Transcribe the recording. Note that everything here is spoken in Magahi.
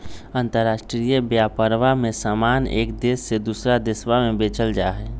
अंतराष्ट्रीय व्यापरवा में समान एक देश से दूसरा देशवा में बेचल जाहई